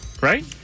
right